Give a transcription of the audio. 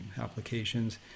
applications